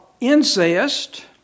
incest